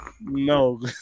No